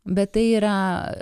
bet tai yra